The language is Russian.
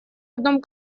одном